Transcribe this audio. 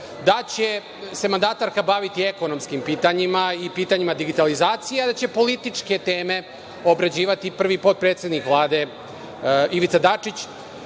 da će se mandatarka baviti ekonomski pitanjima i pitanjima digitalizacije, a da će političke teme obrađivati prvi potpredsednik Vlade Ivica Dačić. Član